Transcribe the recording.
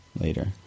later